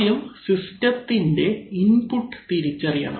ആദ്യം സിസ്റ്റ് ത്തിൻറെ ഇൻപുട്ട് തിരിച്ചറിയണം